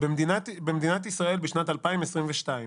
במדינת ישראל שנת 2022,